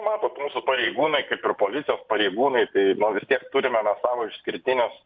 matot mūsų pareigūnai kaip ir policijos pareigūnai tai nu vistiek turime mes savo išskirtinius